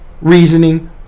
reasoning